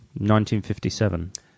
1957